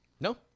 No